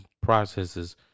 processes